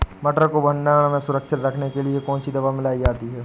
मटर को भंडारण में सुरक्षित रखने के लिए कौन सी दवा मिलाई जाती है?